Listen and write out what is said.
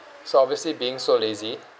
so obviously being so lazy